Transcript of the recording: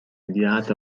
inviata